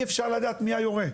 אי אפשר לדעת מי היורה.